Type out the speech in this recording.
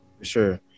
Sure